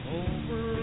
over